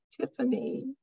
Tiffany